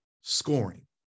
scoring